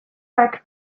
pack